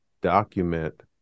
document